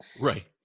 Right